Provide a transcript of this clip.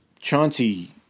Chauncey